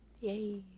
Yay